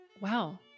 Wow